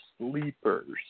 sleepers